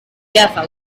jaffa